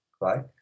Right